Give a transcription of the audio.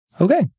Okay